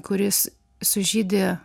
kuris sužydi